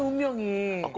you know you